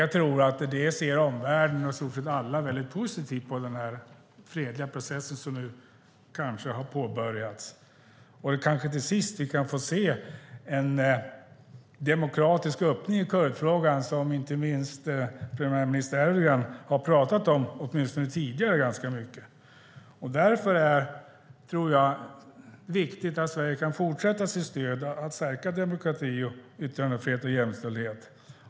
Jag tror att omvärlden ser mycket positivt på den fredliga process som kanske har påbörjats. Till slut kan vi kanske få se en demokratisk öppning i kurdfrågan. Det talade premiärminister Erdogan ganska mycket om, åtminstone tidigare. Därför är det viktigt att Sverige kan fortsätta med sitt stöd för att stärka demokrati, yttrandefrihet och jämställdhet.